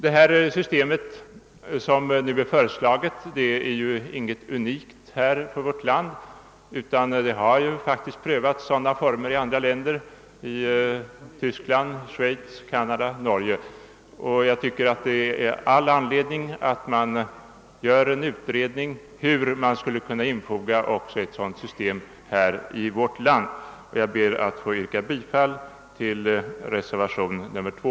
Det system som nu föreslagits är inte unikt för vårt land, utan liknande former har faktiskt prövats i andra länder — i Tyskland, Schweiz, Canada och Norge. Jag tycker det finns all anledning att göra en utredning om hur vi skall kunna införa ett sådant system även i vårt land. Herr talman! Jag ber att få yrka bifall till reservationen 2.